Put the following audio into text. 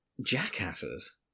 jackasses